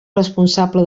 responsable